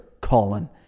Colin